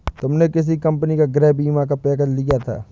तुमने किस कंपनी का गृह बीमा का पैकेज लिया था?